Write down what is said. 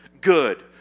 good